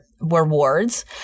rewards